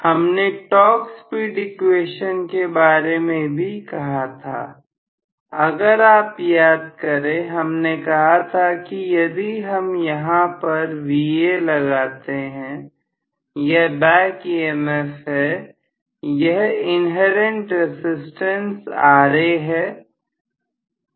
हमने torque speed equation के बारे में भी कहा था अगर आप याद करें हमने कहा था कि यदि हम यहां पर Va लगाते हैं यह बैक EMF है यह इन्हेरेंट रसिस्टेंस Ra है